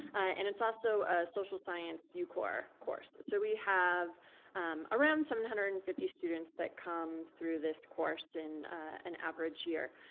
and it's also a social science yeah ucore course. so we have around seven hundred and fifty students that come through this course in an average year.